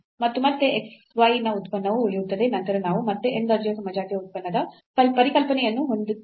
ಮತ್ತು ಮತ್ತೆ x y ನ ಉತ್ಪನ್ನವು ಉಳಿಯುತ್ತದೆ ನಂತರ ನಾವು ಮತ್ತೆ n ದರ್ಜೆಯ ಸಮಜಾತೀಯ ಉತ್ಪನ್ನದ ಪರಿಕಲ್ಪನೆಯನ್ನು ಹೊಂದಿದ್ದೇವೆ